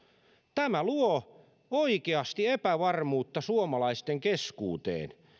tämä luo oikeasti epävarmuutta suomalaisten keskuuteen